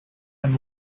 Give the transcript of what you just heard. and